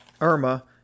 Irma